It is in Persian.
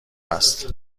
است